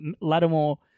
Lattimore